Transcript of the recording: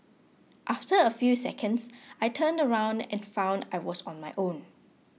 after a few seconds I turned around and found I was on my own